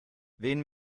wen